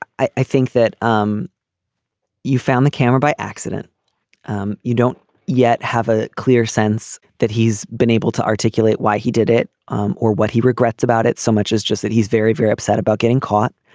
i think that um you found the camera by accident um you don't yet have a clear sense that he's been able to articulate why he did it um or what he regrets about it so much as just that he's very very upset about getting caught.